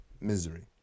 misery